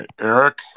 Eric